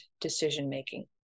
decision-making